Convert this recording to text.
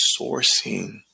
sourcing